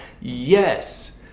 Yes